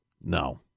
No